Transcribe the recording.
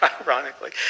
ironically